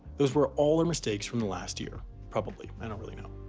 those were all our mistakes from the last year, probably, i don't really know.